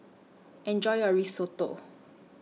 Enjoy your Risotto